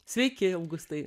sveiki augustai